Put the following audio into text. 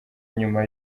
nyuma